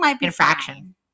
infraction